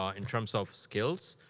um in terms of skills.